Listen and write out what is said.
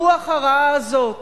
הרוח הרעה הזאת,